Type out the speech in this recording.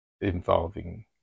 involving